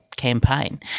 campaign